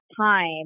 time